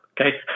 Okay